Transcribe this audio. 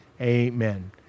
Amen